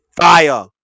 fire